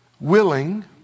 willing